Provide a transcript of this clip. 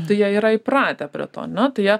tai jie yra įpratę prie to ane tai jie